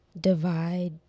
divide